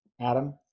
Adam